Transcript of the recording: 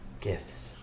gifts